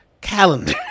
calendar